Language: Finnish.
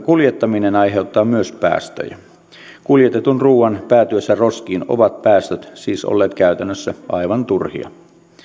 kuljettaminen aiheuttaa päästöjä kuljetetun ruoan päätyessä roskiin ovat päästöt siis olleet käytännössä aivan turhia